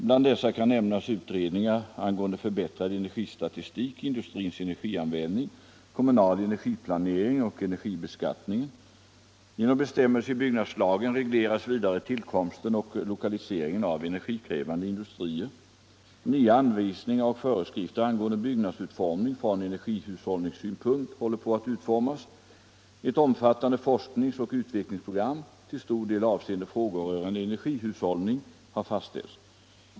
Bland dessa kan nämnas utredningar angående förbättrad energistatistik, industrins energianvändning, kommunal energiplanering och energibeskattningen. Genom bestämmelser i byggnadslagen regleras vidare tillkomsten och lokaliseringen av energikrävande industrier. Nya anvisningar och föreskrifter angående byggnadsutformning från energihushållningssynpunkt håller på att utformas. Ett omfattande forskningsoch utvecklingsprogram - till stor del avseende frågor rörande energihushållning — har fastställts.